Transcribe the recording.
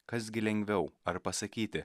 kas gi lengviau ar pasakyti